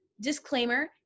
disclaimer